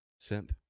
synth